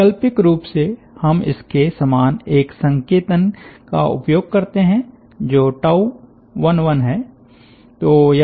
वैकल्पिक रूप से हम इसके समान एक संकेतन का उपयोग करते हैं जो11हैं